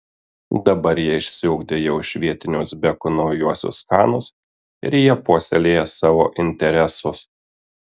dabar jie išsiugdė jau iš vietinių uzbekų naujuosius chanus ir jie puoselėja savo interesus